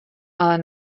ale